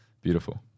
Beautiful